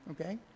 okay